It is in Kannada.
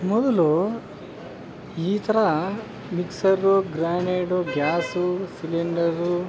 ಮೊದಲು ಈ ಥರ ಮಿಕ್ಸರು ಗ್ರ್ಯಾನೇಡು ಗ್ಯಾಸು ಸಿಲಿಂಡರು